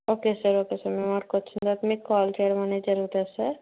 okay sir okay sir మేమాడికి వచ్చిన తర్వాత కాల్ చేయడమనేది జరుగుతుంది సార్